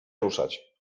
ruszać